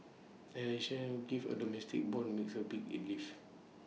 addition give A domestic Bond is A big A lift